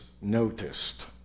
noticed